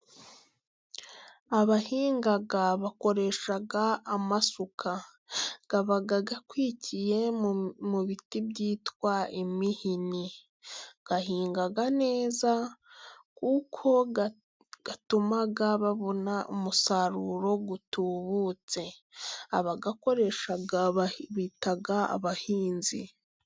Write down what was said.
Abahinga bakoresha amasuka aba akwikiye mu biti byitwa imihini. Ahinga neza kuko atuma babona umusaruro utubutse. Abayakoresha babita abahinzi.